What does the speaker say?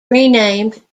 renamed